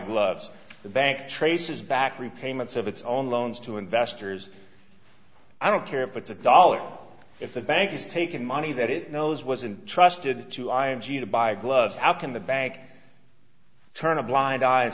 gloves the bank traces back repayments of its own loans to investors i don't care if it's a dollar off if the bank is taking money that it knows wasn't trusted to i m g to buy gloves how can the bank turn a blind eye and